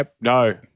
No